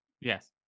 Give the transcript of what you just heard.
Yes